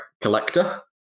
collector